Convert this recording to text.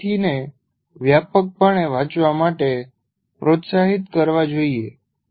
વિદ્યાર્થીને વ્યાપકપણે વાંચવા માટે પ્રોત્સાહિત કરવા જોઈએ